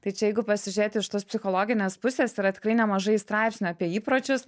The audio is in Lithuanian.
tai čia jeigu pasižiūrėt iš tos psichologinės pusės yra tikrai nemažai straipsnių apie įpročius